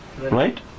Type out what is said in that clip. Right